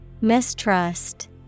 Mistrust